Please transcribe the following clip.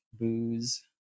booze